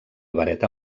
vareta